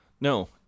No